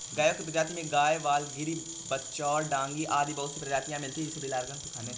गायों की प्रजाति में गयवाल, गिर, बिच्चौर, डांगी आदि बहुत सी प्रजातियां मिलती है